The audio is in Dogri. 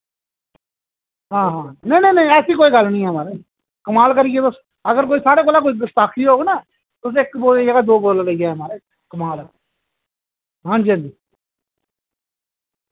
हां हा नेईं नेईं ऐसी ऐसी कोई गल्ल निं ऐ महाराज कमाल करी गे तुस अगर कोई साढ़े कोला गुस्ताखी होग ना ते तुस इक बोतलै दी जगह दो बोतलां लेई जाएओ महाराज कमाल ऐ हां जी हां जी